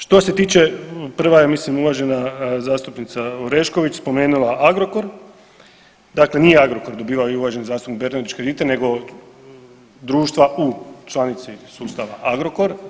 Što se tiče prva je ja mislim uvažena zastupnica Orešković spomenula Agrokor, dakle nije Agrokor dobivao i uvaženi zastupnik Bernardić kredite nego društva u članici sustava Agrokor.